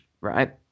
right